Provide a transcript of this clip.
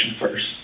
first